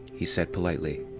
he said politely.